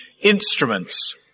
instruments